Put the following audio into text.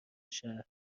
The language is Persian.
شهر